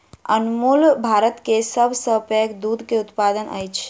अमूल भारत के सभ सॅ पैघ दूध के उत्पादक अछि